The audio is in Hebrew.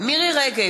מירי רגב,